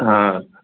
हा